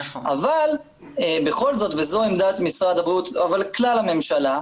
אבל בכל זאת וזאת עמדת משרד הבריאות וכלל הממשלה,